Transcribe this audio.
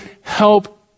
help